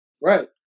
right